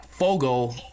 Fogo